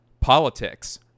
politics